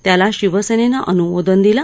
त्याला शिवसेनेनं अनुमोदन दिलं